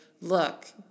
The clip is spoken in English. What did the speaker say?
look